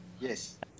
Yes